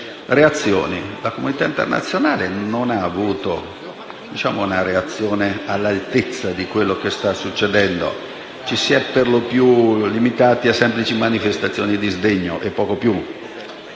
La comunità internazionale non ha avuto una reazione all'altezza di quello che sta accadendo. Ci si è limitati a semplici manifestazioni di sdegno o poco più.